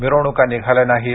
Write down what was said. मिरवणूका निघाल्या नाहीत